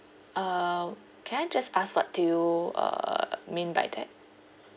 uh can I just ask what do you uh mean by that